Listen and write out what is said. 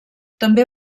també